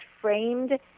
framed